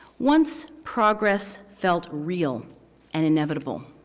once progress felt real and inevitable,